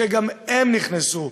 שגם הם נכנסו,